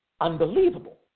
unbelievable